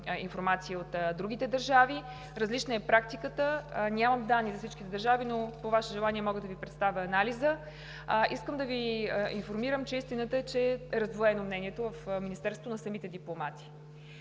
информация от другите държави. Практиката е различна. Нямам данни за всички държави, но по Ваше желание мога да Ви представя анализа. Искам да Ви информирам, че – истината е, че в Министерството мнението на самите дипломати